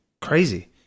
Crazy